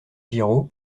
giraud